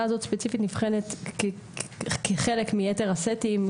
הזאת ספציפית נבחנת כחלק מיתר הסטים,